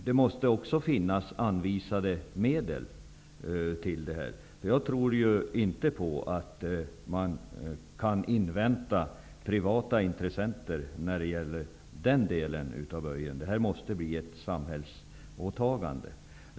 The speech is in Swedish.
Det måste också finnas medel anvisade till det här. Jag tror inte på att man kan vänta sig några privata intressenter när det gäller den norra böjen. Detta måste bli ett samhällsåtagande.